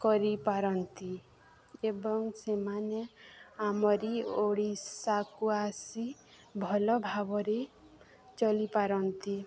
କରିପାରନ୍ତି ଏବଂ ସେମାନେ ଆମରି ଓଡ଼ିଶାକୁ ଆସି ଭଲ ଭାବରେ ଚଳିପାରନ୍ତି